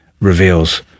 reveals